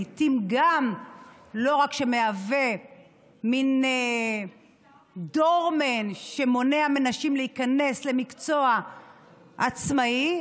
לא רק שמהווה מין דורמן שמונע מנשים להיכנס למקצוע עצמאי,